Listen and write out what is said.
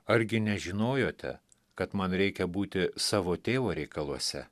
argi nežinojote kad man reikia būti savo tėvo reikaluose